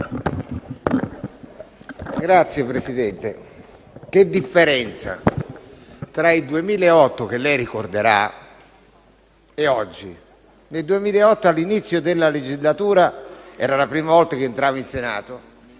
Signor Presidente, che differenza tra il 2008, che lei ricorderà, e oggi. Nel 2008, all'inizio della legislatura (era la prima volta che entravo in Senato)